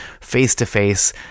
face-to-face